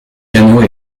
canaux